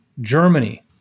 Germany